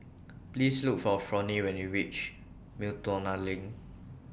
Please Look For Fronnie when YOU REACH Miltonia LINK